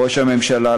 ראש הממשלה,